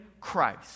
Christ